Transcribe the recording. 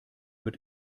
wird